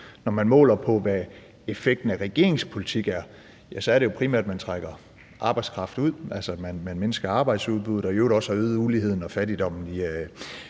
Når man måler på, hvad effekten af regeringens politik er, ja, så er det jo primært, at man trækker arbejdskraft ud, altså at man mindsker arbejdsudbuddet og i øvrigt også har øget uligheden og fattigdommen